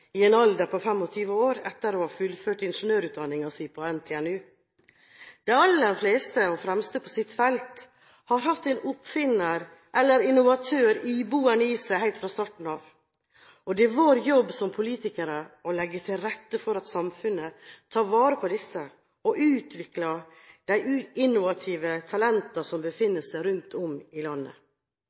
i en alder av 25 år, etter å ha fullført ingeniørutdanningen sin på NTNU. De aller fremste på sitt felt har hatt en oppfinner eller innovatør boende i seg helt fra starten av. Det er vår jobb som politikere å legge til rette for at samfunnet tar vare på disse og utvikler de innovative talentene som befinner seg rundt om i landet.